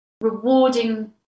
rewarding